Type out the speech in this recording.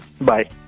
Bye